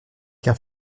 qu’un